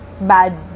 bad